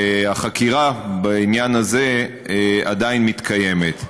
והחקירה בעניין הזה עדיין מתקיימת.